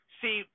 see